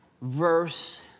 verse